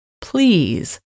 please